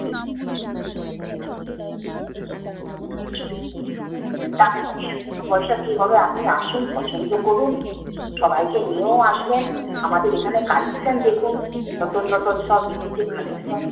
হুম বাকি পয়সা পয়সা কী হবে আপনি আসুন পছন্দ করুন সবাইকে নিয়েও আসবেন আমাদের এখানে কালেকশান দেখুন নতুন নতুন সব এসেছে কালেকশান